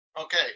Okay